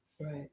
Right